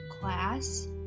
class